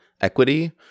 equity